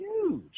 huge